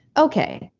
okay,